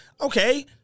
Okay